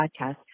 podcast